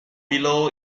below